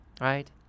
right